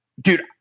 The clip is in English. dude